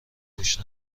گوش